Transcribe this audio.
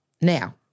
Now